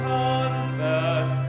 confess